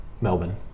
Melbourne